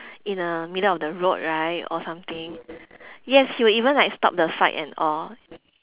in a middle of the road right or something yes he would even like stop the fight and all